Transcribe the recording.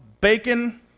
Bacon